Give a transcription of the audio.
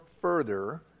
further